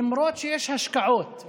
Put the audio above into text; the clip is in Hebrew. למרות שיש השקעות,